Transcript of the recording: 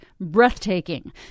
breathtaking